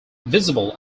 visible